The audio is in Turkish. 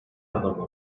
anlamına